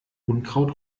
unkraut